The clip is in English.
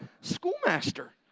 schoolmaster